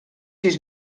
sis